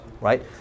right